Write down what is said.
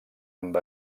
amb